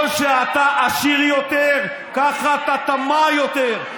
ככל שאתה עשיר יותר, ככה אתה טמאע יותר.